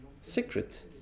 secret